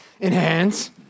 enhance